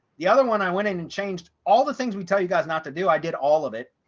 the other one i went in and changed all the things we tell you guys not to do. i did all of it.